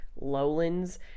lowlands